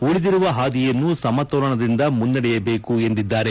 ಉಳಿದಿರುವ ಹಾದಿಯನ್ನು ಸಮತೋಲನದಿಂದ ಮುನ್ನಡೆಯಬೇಕು ಎಂದಿದ್ದಾರೆ